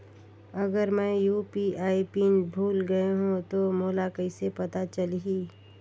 अगर मैं UPI pin भुल गये हो तो मोला कइसे पता चलही?